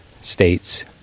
states